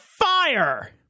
fire